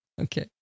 Okay